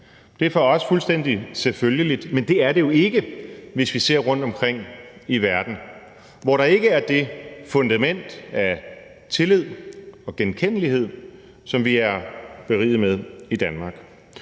Det er for os fuldstændig selvfølgeligt, men det er det jo ikke, hvis vi ser rundtomkring i verden, hvor der ikke er det fundament af tillid og genkendelighed, som vi er beriget med i Danmark.